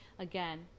Again